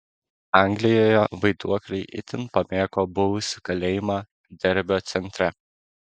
anglijoje vaiduokliai itin pamėgo buvusį kalėjimą derbio centre